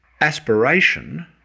aspiration